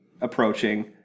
approaching